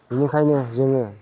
बिनिखायनो जोङो